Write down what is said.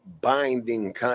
binding